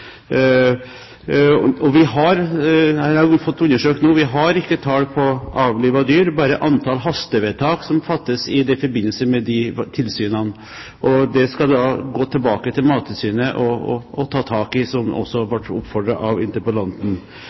Vi har – det har jeg fått undersøkt nå – ikke tall på avlivede dyr, bare antall hastevedtak som fattes i forbindelse med de tilsynene. Det skal jeg gå tilbake til Mattilsynet og ta tak i – som jeg også ble oppfordret til av interpellanten.